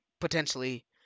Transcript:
potentially